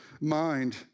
mind